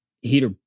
heater